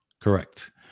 Correct